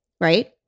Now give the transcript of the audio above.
right